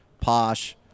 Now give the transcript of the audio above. posh